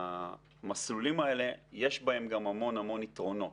במסלולים האלה יש גם המון המון יתרונות.